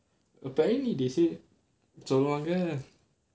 apparently they say சொல்வாங்க:solvaanga